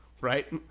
right